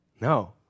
No